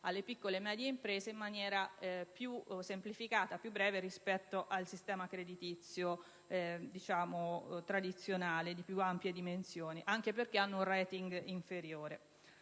alle piccole e medie imprese in maniera più semplificata e più breve rispetto al sistema creditizio tradizionale, di più ampie dimensioni, anche perché hanno un *rating* inferiore.